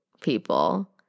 people